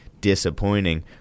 disappointing